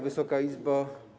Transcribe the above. Wysoka Izbo!